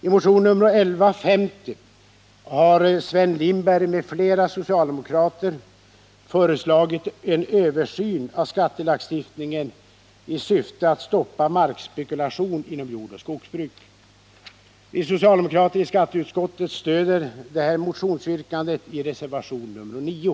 I motion nr 1150 har Sven Lindberg m.fl. socialdemokrater föreslagit en översyn av skattelagstiftningen i syfte att stoppa markspekulation inom jordoch skogsbruk. Vi socialdemokrater i skatteutskottet stöder detta motionsyrkande i reservation nr 9.